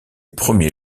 premier